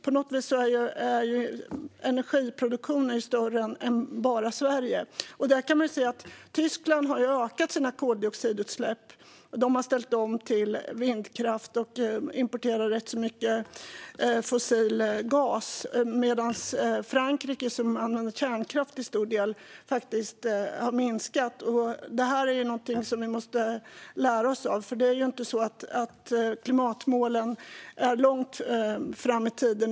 På något vis är energiproduktion större än bara Sverige. Man kan se att Tyskland har ökat sina koldioxidutsläpp. De har ställt om till vindkraft och importerar rätt mycket fossil gas. Men Frankrike, som till stor del använder kärnkraft, har faktiskt minskat sina utsläpp. Detta är något som vi måste lära oss av, för klimatmålen ligger inte långt fram i tiden.